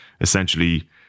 essentially